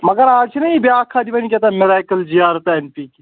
مگر اَز چھِناہ یہِ بیٛاکھ کھاد یِوان کیٛاہتام مِریکٕل جی آر ساینٹی